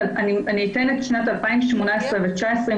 אני אתן את שנת 2018 ו-2019,